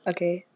Okay